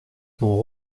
sont